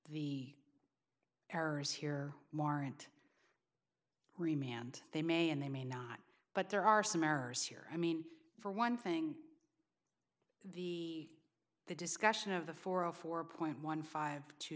the errors here mar and re mand they may and they may not but there are some errors here i mean for one thing the the discussion of the four of four point one five to